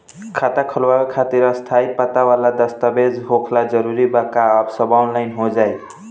खाता खोलवावे खातिर स्थायी पता वाला दस्तावेज़ होखल जरूरी बा आ सब ऑनलाइन हो जाई?